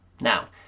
Now